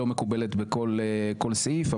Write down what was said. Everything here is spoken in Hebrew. לא מקובלת בכל סעיף,